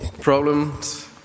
problems